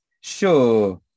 sure